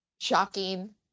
shocking